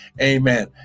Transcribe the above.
Amen